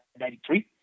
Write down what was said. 1993